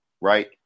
right